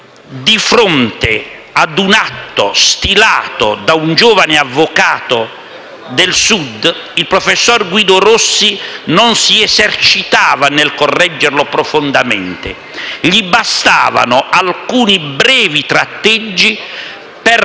di fronte a un atto stilato da un giovane avvocato del Sud, il professor Guido Rossi non si esercitava nel correggerlo profondamente, ma gli bastavano alcuni brevi tratteggi per